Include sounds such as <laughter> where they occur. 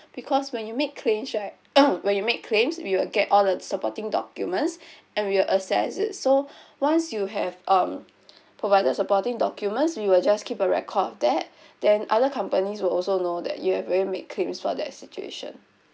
because when you make claims right <coughs> when you make claims we will get all the supporting documents and we'll assess it so once you have um provided supporting documents we will just keep a record of that then other companies will also know that you have already make claims for that situation